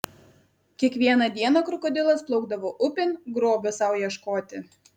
kiekvieną dieną krokodilas plaukdavo upėn grobio sau ieškoti